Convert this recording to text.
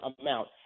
amount